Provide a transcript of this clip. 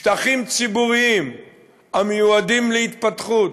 שטחים ציבוריים המיועדים להתפתחות,